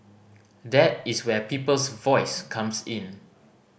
that is where Peoples Voice comes in